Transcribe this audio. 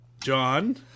John